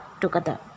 together